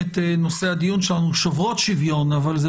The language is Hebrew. ואני